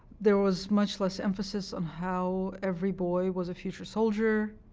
there was much less emphasis on how every boy was a future soldier,